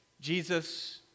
Jesus